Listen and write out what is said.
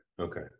Okay